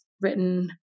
written